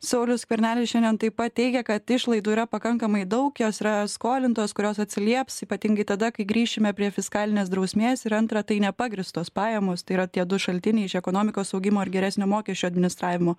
saulius skvernelis šiandien taip pat teigia kad išlaidų yra pakankamai daug jos yra skolintos kurios atsilieps ypatingai tada kai grįšime prie fiskalinės drausmės ir antra tai nepagrįstos pajamos tai yra tie du šaltiniai iš ekonomikos augimo ir geresnio mokesčių administravimo